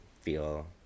feel